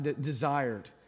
desired